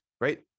right